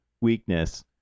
weakness